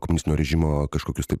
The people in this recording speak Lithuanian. komunistinio režimo kažkokius tai